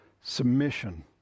submission